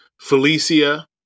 Felicia